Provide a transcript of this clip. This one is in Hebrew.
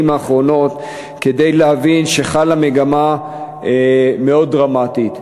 האחרונות כדי להבין שחלה מגמה מאוד דרמטית.